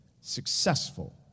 successful